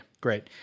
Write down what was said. great